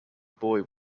boy